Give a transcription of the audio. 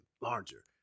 larger